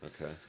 Okay